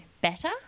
better